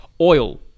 oil